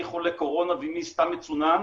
מי חולה קורונה ומי סתם מצונן,